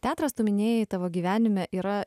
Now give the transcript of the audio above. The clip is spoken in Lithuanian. teatras tu minėjai tavo gyvenime yra